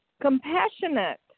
compassionate